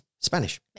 Spanish